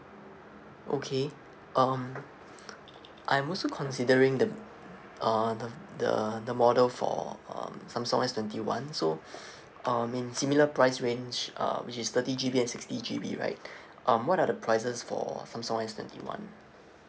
okay um I'm also considering the uh the the the model for um samsung S twenty one so I mean similar price range uh which is thirty G_B and sixty G_B right um what are the prices for samsung S twenty one